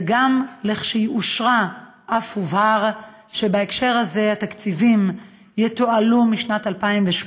וכשהיא אושרה הובהר שבהקשר הזה התקציבים יתועלו משנת 2018,